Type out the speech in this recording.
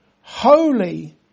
holy